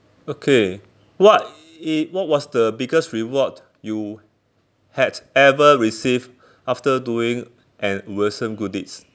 okay what i~ what was the biggest reward you had ever received after doing an good deeds